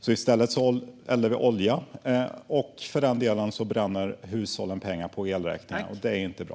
I stället eldar vi olja, och hushållen bränner pengar på elräkningar. Det är inte bra.